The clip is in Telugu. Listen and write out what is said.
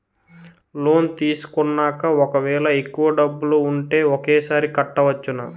లోన్ తీసుకున్నాక ఒకవేళ ఎక్కువ డబ్బులు ఉంటే ఒకేసారి కట్టవచ్చున?